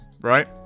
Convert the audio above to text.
right